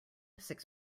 six